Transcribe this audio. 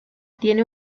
tiene